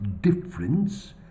difference